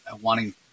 wanting